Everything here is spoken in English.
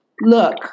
Look